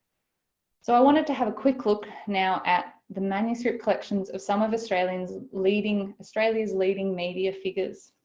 so i wanted to have a quick look now at the manuscript collections of some of australia's leading, australia's leading media figures.